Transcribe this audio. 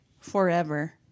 forever